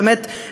באמת,